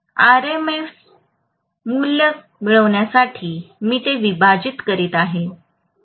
RMS मूल्य मिळवण्यासाठी मी ते विभाजित करीत आहे